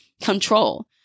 control